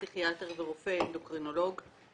פסיכיאטר ורופא אנדוקרינולוג.